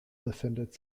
befindet